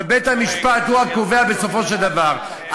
אבל בית-המשפט הוא הקובע בסופו של דבר.